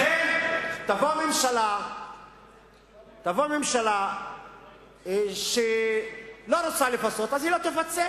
תבוא ממשלה שלא רוצה לפצות, אז היא לא תפצה.